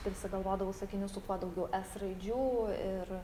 prisigalvodavau sakinių su kuo daugiau es raidžių ir